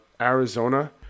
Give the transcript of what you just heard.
Arizona